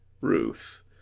Ruth